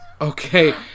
Okay